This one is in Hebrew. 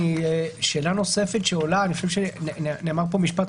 נאמר פה משפט,